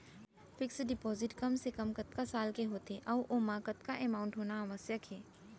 Fix deposit कम से कम कतका साल के होथे ऊ ओमा कतका अमाउंट होना आवश्यक हे?